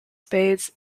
spades